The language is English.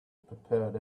prepared